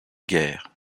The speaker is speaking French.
guerre